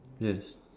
yes